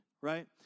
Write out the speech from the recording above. right